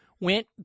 went